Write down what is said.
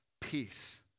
peace